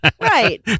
right